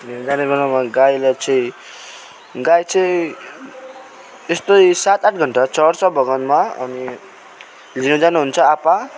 लिन जाने बेलामा गाईलाई चाहिँ गाई चाहिँ यस्तै सात आठ घण्टा चर्छ बगानमा अनि लिनु जानु हुन्छ आप्पा